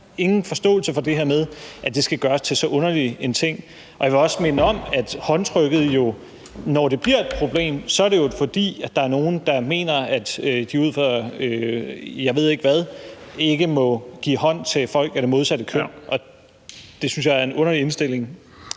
ingen forståelse for det her med, at det skal gøres til så underlig en ting. Og jeg vil også minde om, at når håndtrykket bliver et problem, er det jo, fordi der er nogle, der mener, at de ud fra jeg ved ikke hvad, ikke må give hånd til folk af det modsatte køn. Det synes jeg er en underlig indstilling.